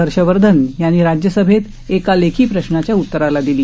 हर्षवर्धन यांनी राज्य सभेत एका लेखी प्रश्नाच्या उत्तराला दिली